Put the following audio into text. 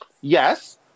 Yes